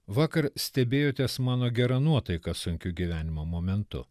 vakar stebėjotės mano gera nuotaika sunkiu gyvenimo momentu